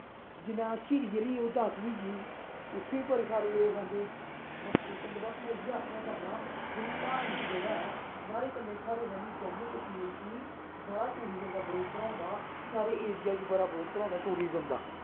जि'यां झीड़ी ओह्ली ओह् दात्ती होई गेई उत्थै बी बड़े सारे लोग आंदे ते बस में इ'यै आक्खना चाह्ना जेह्ड़ी धार्मिक जगह ऐ नाह्ड़े कन्नै साढ़े जम्मू कश्मीर गी बड़ा टूरिज़म दा बरोसरा होंदे साढ़े एरियै बी बड़ा बरोसरा होदा टूरिज़म दा